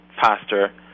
faster